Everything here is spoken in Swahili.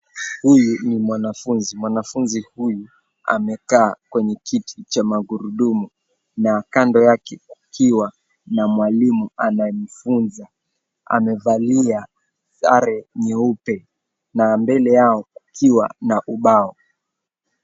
Huyu ni mwanafunzi. Mwanafunzi huyu amekaa kwenye kiti cha magurudumu na kando yake kukiwa na anamfunza, amevalia sare nyeupe na mbele yao kukiwa na ubao.